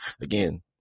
again